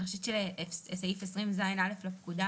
סעיף 20ז לפקודה